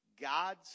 God's